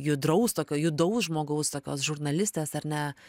judraus tokio judaus žmogaus tokios žurnalistės ar ne